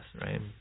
right